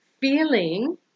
feeling